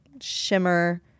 shimmer